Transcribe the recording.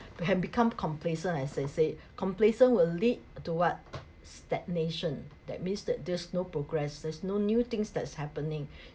can become complacent as I said complacent will lead to what stagnation that means that there's no progress there's no new things that's happening